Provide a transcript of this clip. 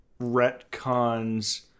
retcons